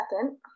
second